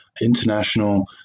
international